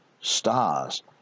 stars